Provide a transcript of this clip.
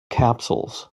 capsules